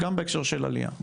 גם בהקשר של עלייה,